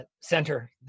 Center